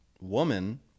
woman